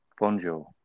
Bonjour